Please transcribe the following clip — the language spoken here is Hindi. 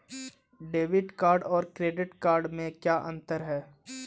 डेबिट कार्ड और क्रेडिट कार्ड में क्या अंतर है?